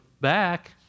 back